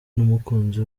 numukunzi